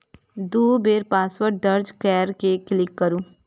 दू बेर पासवर्ड दर्ज कैर के क्लिक करू